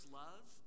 love